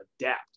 adapt